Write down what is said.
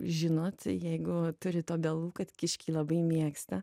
žinot jeigu turit obelų kad kiškiai labai mėgsta